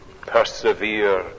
persevere